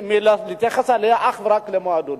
מאשר להתייחס אליה אך ורק לגבי מועדונים.